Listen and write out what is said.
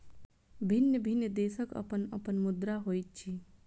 भिन्न भिन्न देशक अपन अपन मुद्रा होइत अछि